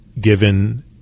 given